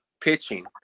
pitching